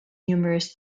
numerous